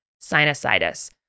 sinusitis